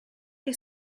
che